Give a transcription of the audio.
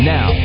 Now